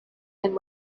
and